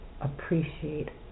appreciate